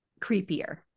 creepier